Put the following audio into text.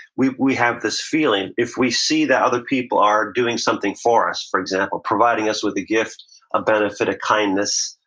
we we have this feeling. if we see that other people are doing something for us, for example, providing us with the gift of benefit of kindness,